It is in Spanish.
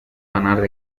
ganar